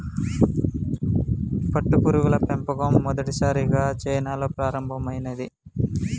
పట్టుపురుగుల పెంపకం మొదటిగా చైనాలో ప్రారంభమైంది